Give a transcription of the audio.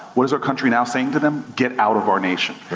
what is our country now saying to them? get out of our nation.